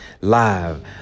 live